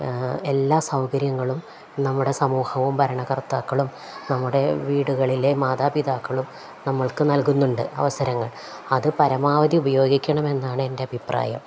എല്ലാ സൗകര്യങ്ങളും നമ്മുടെ സമൂഹവും ഭരണകർത്താക്കളും നമ്മുടെ വീടുകളിലെ മാതാപിതാക്കളും നമ്മൾക്കു നൽകുന്നുണ്ട് അവസരങ്ങൾ അതു പരമാവധി ഉപയോഗിക്കണമെന്നാണ് എൻ്റെ അഭിപ്രായം